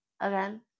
again